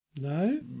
No